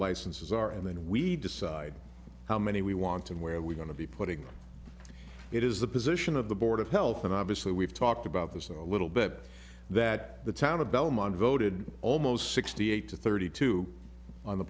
licenses are and then we decide how many we want and where are we going to be putting it is the position of the board of health and obviously we've talked about this a little bit that the town of belmont voted almost sixty eight to thirty two on the